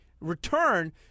return